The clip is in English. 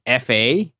FA